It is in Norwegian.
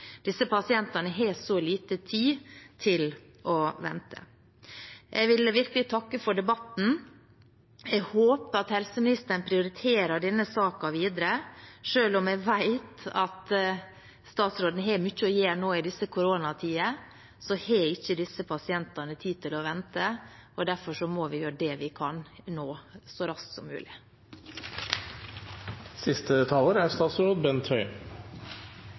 Disse pasientene har så lite tid til å vente. Jeg vil virkelig takke for debatten. Jeg håper at helseministeren prioriterer denne saken videre. Selv om jeg vet at statsråden har mye å gjøre nå i disse koronatider, har ikke disse pasientene tid til å vente. Derfor må vi gjøre det vi kan nå, så raskt som